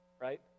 right